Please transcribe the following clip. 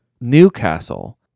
Newcastle